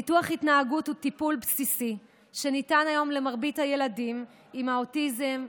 ניתוח התנהגות הוא טיפול בסיסי שניתן היום למרבית הילדים עם אוטיזם,